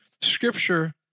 scripture